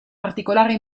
particolare